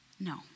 no